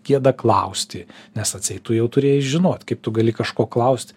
gėda klausti nes atseit tu jau turėjai žinot kaip tu gali kažko klaust